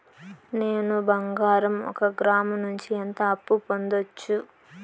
నేను బంగారం ఒక గ్రాము నుంచి ఎంత అప్పు పొందొచ్చు